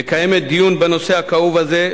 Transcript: מקיימת דיון בנושא הכאוב הזה,